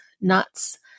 nuts